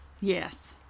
Yes